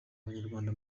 abanyarwanda